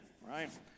right